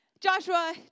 Joshua